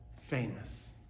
famous